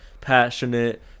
passionate